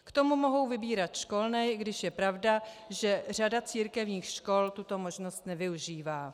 K tomu mohou vybírat školné, i když je pravda, že řada církevních škol tuto možnost nevyužívá.